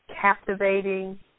captivating